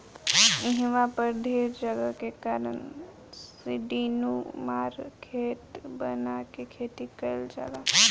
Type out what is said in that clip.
इहवा पर ढेर जगह के कारण सीढ़ीनुमा खेत बना के खेती कईल जाला